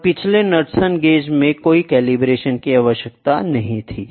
और पिछले Knudsen gauge में कोई कैलिब्रेशन आवश्यक नहीं है